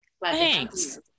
Thanks